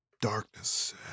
darkness